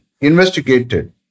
investigated